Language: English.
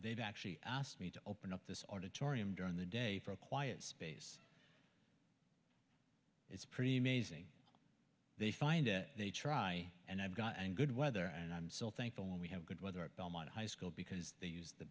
they've actually asked me to this auditorium during the day for a quiet space it's pretty amazing they find it they try and i've got and good weather and i'm so thankful and we have good weather at belmont high school because they use th